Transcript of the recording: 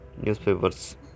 newspapers